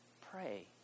Pray